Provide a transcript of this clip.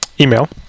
email